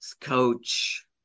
coach